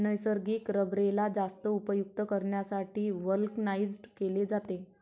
नैसर्गिक रबरेला जास्त उपयुक्त करण्यासाठी व्हल्कनाइज्ड केले जाते